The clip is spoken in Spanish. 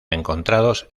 encontrados